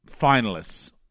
finalists